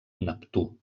neptú